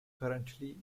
currently